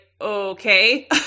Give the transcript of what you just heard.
okay